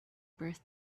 birth